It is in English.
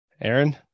Aaron